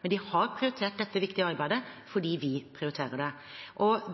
men de har prioritert dette viktige arbeidet fordi vi prioriterer det.